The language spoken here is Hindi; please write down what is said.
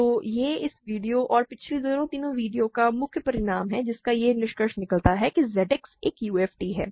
तो यह इस वीडियो और पिछले दो तीन वीडियो का मुख्य परिणाम है जिससे यह निष्कर्ष निकलता है कि Z X एक UFD है